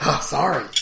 sorry